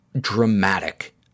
dramatic